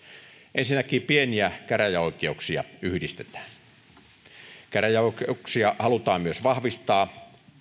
ensinnäkin pieniä käräjäoikeuksia yhdistetään käräjäoikeuksia halutaan myös vahvistaa